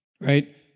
right